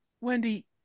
Wendy